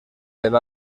del